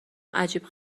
عجیب